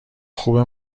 خوبه